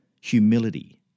Humility